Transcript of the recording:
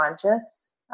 conscious